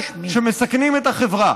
שמסכנים את החברה,